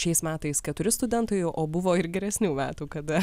šiais metais keturi studentai o buvo ir geresnių metų kada